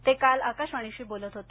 ते काल आकाशवाणीशी बोलत होते